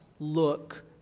Look